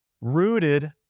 rooted